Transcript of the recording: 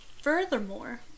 Furthermore